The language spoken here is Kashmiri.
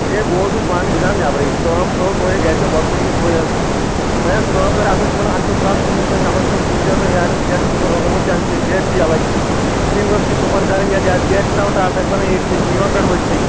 ہے بہٕ اوسُس پانہٕ جناب نٮ۪برٕے کٲم تھأو تُہٕنٛدِ گرِکٮ۪و وۄسنأوِتھ تُہۍ حظ تۄہہِ ٲس کٲم کرٕنۍ اَصٕل پٲٹھۍ اَتھ چھو ترٛٹھ ژھٕنمٕژ تۄہہِ کمَس کم سوٗنچزیو تُہۍ یارٕ سٮ۪کھ سیٖمَٹھ رلوومُت کیٛاہ چھُو تۄہہِ سیرِ چھِ یَلَے فِٹِنٛگ ٲس أکیٛاہ صُبحَن کرٕنۍ یَتھ سیرِ چھِ ترٛاوان ٹاس یِوان پٮ۪ٹھٕ ؤسۍتھٕےٕ